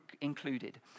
included